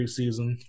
preseason